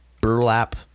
burlap